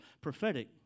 prophetic